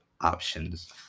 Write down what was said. options